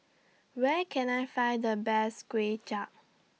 Where Can I Find The Best Kuay Chap